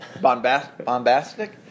Bombastic